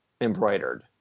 Embroidered